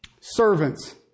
Servants